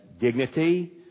dignity